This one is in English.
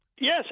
Yes